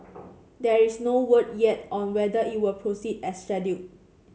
there is no word yet on whether it will proceed as scheduled